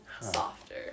softer